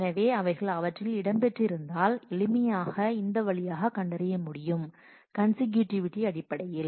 எனவே அவைகள்அவற்றில் இடம் பெற்றிருந்தால் எளிமையாக இந்த வழியாக கண்டறிய முடியும் கண்சிக்யூட்விட்டி அடிப்படையில்